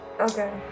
Okay